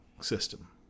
system